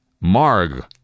Marg